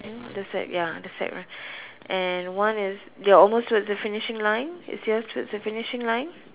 the sack ya the sack run and one is they're almost towards the finishing line is yours towards the finishing line